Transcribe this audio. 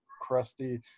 crusty